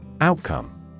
Outcome